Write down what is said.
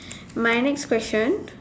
my next question